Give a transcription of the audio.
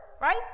right